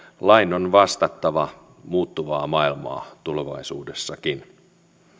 lain on vastattava muuttuvaa maailmaa tulevaisuudessakin mitä